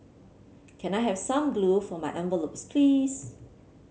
can I have some glue for my envelopes please